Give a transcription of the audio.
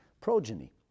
progeny